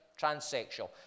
transsexual